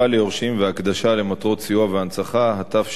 (השבה ליורשים והקדשה למטרות סיוע והנצחה) (תיקון),